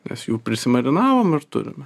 nes jų prisimarinavom ir turime